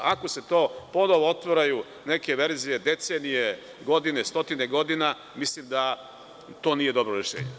Ako se ponovo otvaraju neke verzije decenije, godine, stotine godina, mislim da to nije dobro rešenje.